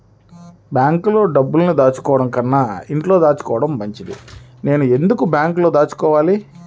బ్యాంక్లో డబ్బులు దాచుకోవటంకన్నా ఇంట్లో దాచుకోవటం మంచిది నేను ఎందుకు బ్యాంక్లో దాచుకోవాలి?